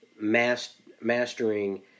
mastering